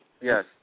yes